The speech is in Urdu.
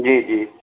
جی جی